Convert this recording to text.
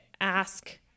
ask